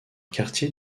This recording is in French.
quartier